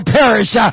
perish